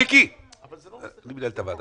מיקי, אני מנהל את הוועדה.